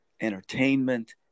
entertainment